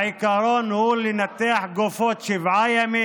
העיקרון הוא לנתח גופות שבעה ימים.